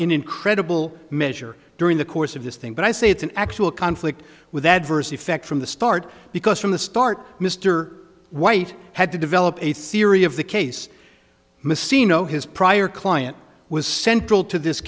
incredible measure during the course of this thing but i say it's an actual conflict with adverse effect from the start because from the start mr white had to develop a theory of the case mysie know his prior client was central to this